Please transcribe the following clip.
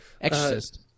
Exorcist